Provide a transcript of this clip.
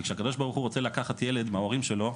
וכשהקדוש ברוך הוא רוצה לקחת ילד מההורים שלו,